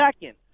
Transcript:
Second